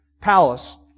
palace